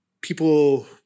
People